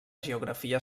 geografia